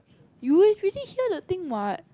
you've already hear the thing what